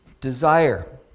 Desire